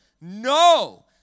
No